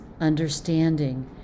understanding